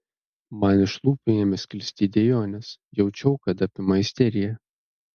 man iš lūpų ėmė sklisti dejonės jaučiau kad apima isterija